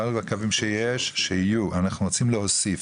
כמה קווים שיש, שיהיו, אנחנו רוצים להוסיף.